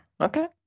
Okay